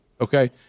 okay